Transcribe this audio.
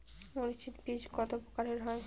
মরিচ এর বীজ কতো প্রকারের হয়?